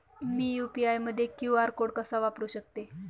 मी UPI मध्ये QR code कसा वापरु शकते?